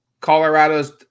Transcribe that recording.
Colorado's